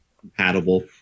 compatible